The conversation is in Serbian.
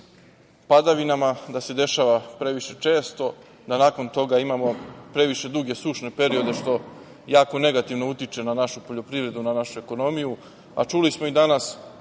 padavinama, da se dešava previše često, da nakon toga imamo previše duge, sušne periode, što jako negativno utiče na našu poljoprivredu, na našu ekonomiju, a čuli smo i danas